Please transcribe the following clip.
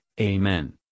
Amen